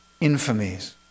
infamies